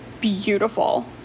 beautiful